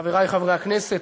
חברי חברי הכנסת,